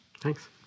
Thanks